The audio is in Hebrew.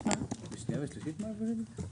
בשנייה ושלישית מעבירים את זה?